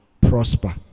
prosper